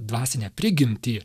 dvasinę prigimtį